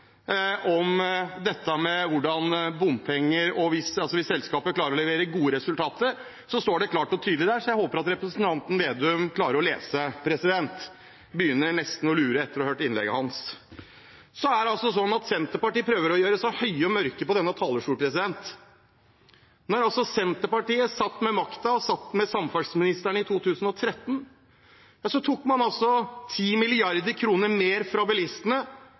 om dette med bompenger hvis selskapet klarer å levere gode resultater. Det står klart og tydelig der, så jeg håper at representanten Slagsvold Vedum klarer å lese. Jeg begynner nesten å lure etter å ha hørt innlegget hans. Senterpartiet prøver å gjøre seg høy og mørk på denne talerstolen. Da Senterpartiet satt med makten og samferdselsministeren i 2013, tok man 10 mrd. kr mer fra bilistene